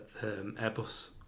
Airbus